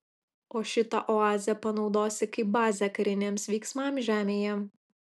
o šitą oazę panaudosi kaip bazę kariniams veiksmams žemėje